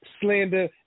slander